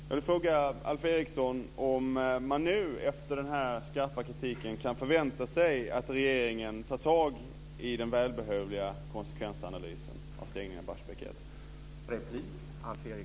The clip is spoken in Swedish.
Jag vill fråga Alf Eriksson om man nu, efter den här skarpa kritiken, kan förvänta sig att regeringen tar tag i den välbehövliga konsekvensanalysen rörande stängningen av Barsebäck 1.